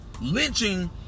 Lynching